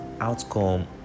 outcome